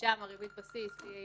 ששם ריבית הבסיס היא